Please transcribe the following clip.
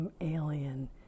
alien